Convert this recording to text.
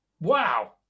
Wow